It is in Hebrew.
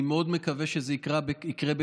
אני מאוד מקווה שזה יקרה בקרוב.